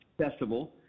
festival